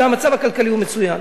המצב הכלכלי הוא מצוין.